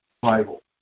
Bible